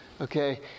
Okay